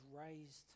raised